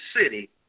city